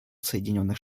соединенных